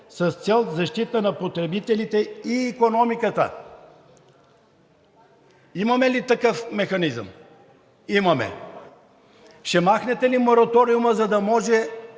с цел защита на потребителите и икономиката. Имаме ли такъв механизъм? Имаме. Ще махнете ли мораториума, за да може